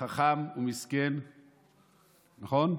החכם והמסכן, נכון?